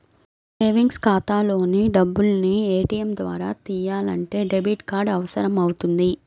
savings ఖాతాలోని డబ్బుల్ని ATM ద్వారా తియ్యాలంటే డెబిట్ కార్డు అవసరమవుతుంది